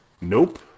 Nope